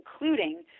including